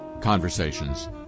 conversations